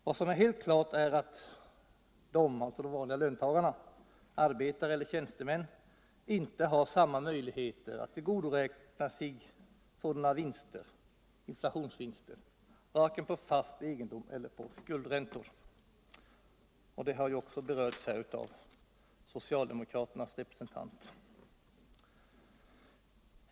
Vad som är helt klart är att vanliga löntagare, arbetare eller tjänstemän inte har samma möjligheter att tillgodogöra sig sådana intlationsvinster — vare sig på fast egendom eller på skuldräntor — vilket även berörts av socialdemokraternas representant.